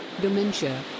dementia